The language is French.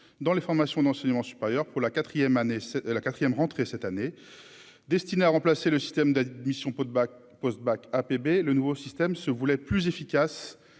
dans les formations d'enseignement supérieur pour la 4ème année c'est la 4ème rentrée cette année, destiné à remplacer le système d'admission post-bac post-bac APB, le nouveau système se voulait plus efficace